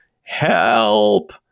help